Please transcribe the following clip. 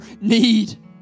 need